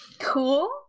Cool